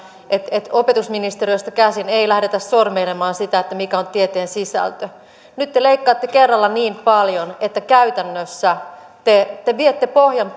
että opetusministeriöstä käsin ei lähdetä sormeilemaan sitä mikä on tieteen sisältö nyt te leikkaatte kerralla niin paljon että käytännössä te te viette pohjan